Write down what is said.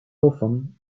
often